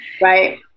Right